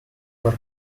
were